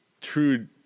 true